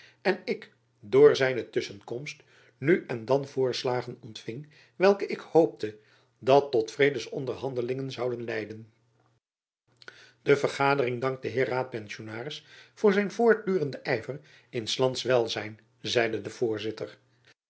en ik door zijne tusschenkomst nu en dan voorslagen ontfing welke ik hoopte dat tot vredesonderhandelingen zouden leiden de vergadering dankt den heer raadpensionaris voor zijn voortdurenden yver in s lands welzijn zeide de voorzitter